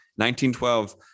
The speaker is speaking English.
1912